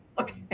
Okay